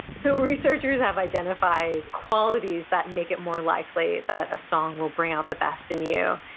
so, researchers have identified qualities that make it more likely that a song will bring out the best in you,